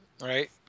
Right